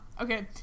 Okay